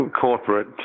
corporate